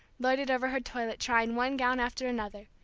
loitered over her toilet trying one gown after another,